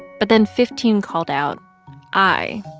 but then fifteen called out aye,